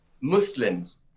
Muslims